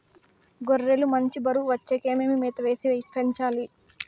గొర్రె లు మంచి బరువు వచ్చేకి ఏమేమి మేత వేసి పెంచాలి?